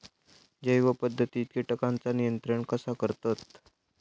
जैव पध्दतीत किटकांचा नियंत्रण कसा करतत?